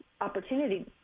opportunity